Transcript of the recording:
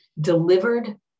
delivered